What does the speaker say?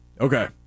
Okay